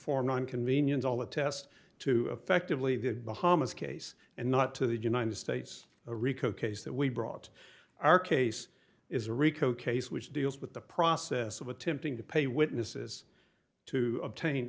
for not inconvenience all attest to affectively the bahamas case and not to the united states a rico case that we brought our case is a rico case which deals with the process of attempting to pay witnesses to obtain